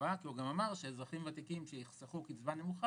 החובה כי הוא אמר שאזרחים ותיקים שיחסכו קצבה נמוכה